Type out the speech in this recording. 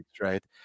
right